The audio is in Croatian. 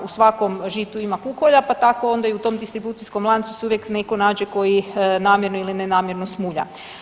U svakom žitu ima kukolja pa tako onda i u tom distribucijskom lancu se uvijek netko nađe koji namjerno ili nenamjerno smulja.